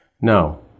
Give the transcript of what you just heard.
no